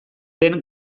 den